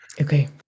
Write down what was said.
Okay